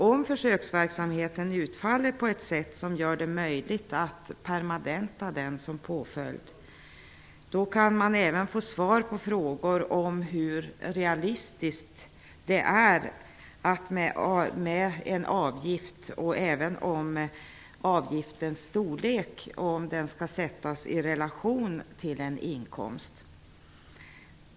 Om försöksverksamheten utfaller på ett sätt som gör det möjligt att permanenta den som påföljd, kan man även få svar på frågor om hur realistiskt det är med en avgift, om avgiftens storlek och om den skall sättas i relation till en inkomst.